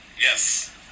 Yes